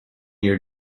year